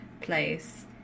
place